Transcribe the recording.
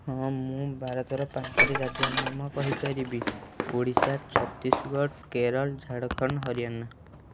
ହଁ ମୁଁ ଭାରତର ପାଞ୍ଚଟି ରାଜ୍ୟର ନାମ କହିପାରିବି ଓଡ଼ିଶା ଛତିଶଗଡ଼ କେରଳ ଝାଡ଼ଖଣ୍ଡ ହରିୟାନା